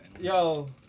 Yo